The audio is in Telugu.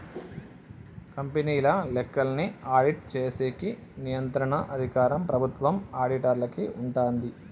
కంపెనీల లెక్కల్ని ఆడిట్ చేసేకి నియంత్రణ అధికారం ప్రభుత్వం ఆడిటర్లకి ఉంటాది